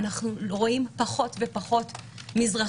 אנחנו רואים פחות ופחות מזרחיים,